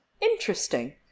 Interesting